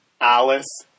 Alice